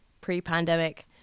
pre-pandemic